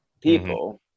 people